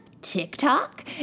TikTok